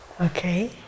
Okay